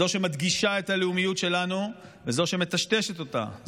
זאת שמדגישה את הלאומיות שלנו וזאת שמטשטשת אותה,